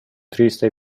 triste